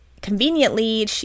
conveniently